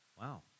Wow